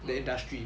mm